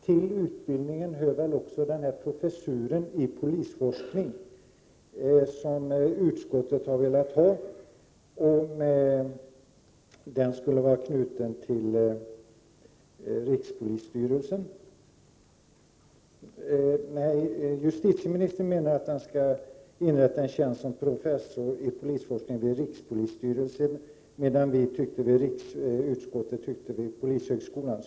Till utbildningsfrågorna hör väl också den professur i polisforskning som justitieministern menar skall vara knuten till rikspolisstyrelsen men som vi i utskottet tycker skall vara knuten till polishögskolan.